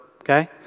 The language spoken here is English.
okay